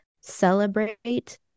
celebrate